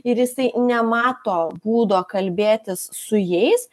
ir jisai nemato būdo kalbėtis su jais